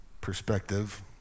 perspective